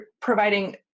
providing